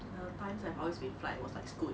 the times I have always been flight was like scoot